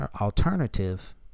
alternative